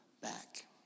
back